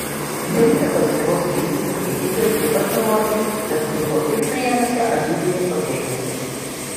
delfi paskyros feisbuke skaitytojai taip pat nurodė kad snigo ir prienuose alytuje pagėgiuose